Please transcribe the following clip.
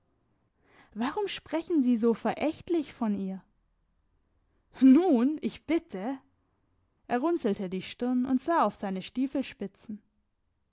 warum sprechen sie so verächtlich von ihr nun ich bitte er runzelte die stirn und sah auf seine